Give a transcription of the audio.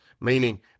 meaning